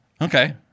Okay